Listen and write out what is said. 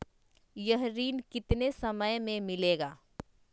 यह ऋण कितने समय मे मिलेगा?